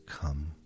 come